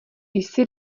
jsi